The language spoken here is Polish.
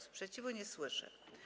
Sprzeciwu nie słyszę.